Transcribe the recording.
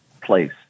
place